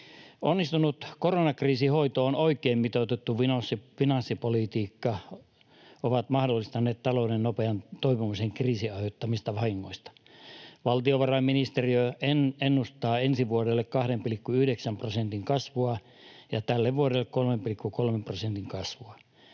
onnistunut koronakriisin hoito ja finanssipolitiikka ovat mahdollistaneet talouden nopean toipumisen kriisin aiheuttamista vahingoista. Valtiovarainministeriö ennustaa ensi vuodelle 2,9 prosentin kasvua ja tälle vuodelle 3,3 prosentin kasvua.